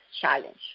challenge